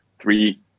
three